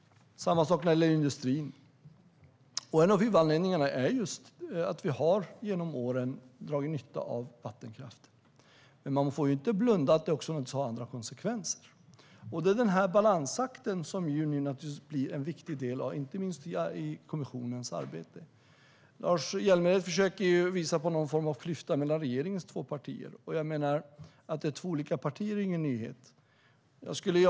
Samma sak gäller industrin. En av huvudanledningarna är just det att vi genom åren har dragit nytta av vattenkraften, men vi får inte blunda för att det också har haft konsekvenser. Inte minst denna balansakt blir nu en viktig del av kommissionens arbete. Lars Hjälmered försöker visa på någon form av klyfta mellan regeringens två partier. Att det är två olika partier är ju ingen nyhet.